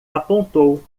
apontou